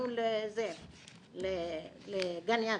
הגענו לגן יבנה.